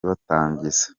batangiza